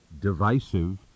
divisive